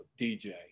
dj